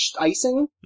icing